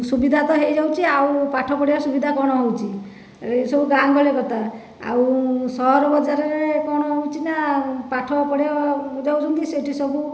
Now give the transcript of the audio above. ସୁବିଧା ତ ହୋଇଯାଉଛି ଆଉ ପାଠ ପଢ଼ିବା ସୁବିଧା କ'ଣ ହେଉଛି ଏସବୁ ଗାଁ ଗହଳି କଥା ଆଉ ସହର ବଜାରରେ କ'ଣ ହେଉଛି ନା ପାଠପଢ଼ାକୁ ଯାଉଛନ୍ତି ସେଠି ସବୁ